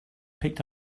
picked